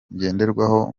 ngenderwaho